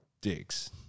dicks